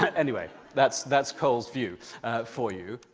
but anyway. that's that's cole's view for you.